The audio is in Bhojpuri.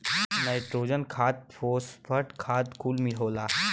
नाइट्रोजन खाद फोस्फट खाद कुल होला